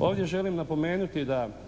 Ovdje želim napomenuti da